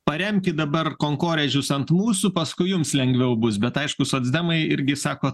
paremkit dabar kankorėžius ant mūsų paskui jums lengviau bus bet aišku socdemai irgi sako